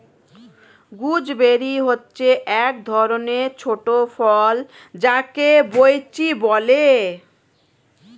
gooseberry হচ্ছে এক ধরণের ছোট ফল যাকে বৈঁচি বলে